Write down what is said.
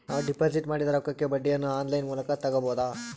ನಾವು ಡಿಪಾಜಿಟ್ ಮಾಡಿದ ರೊಕ್ಕಕ್ಕೆ ಬಡ್ಡಿಯನ್ನ ಆನ್ ಲೈನ್ ಮೂಲಕ ತಗಬಹುದಾ?